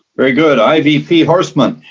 very good, ivp horstman?